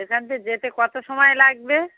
এখান দিয়ে যেতে কত সময় লাগবে